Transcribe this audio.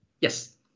Yes